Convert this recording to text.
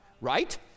right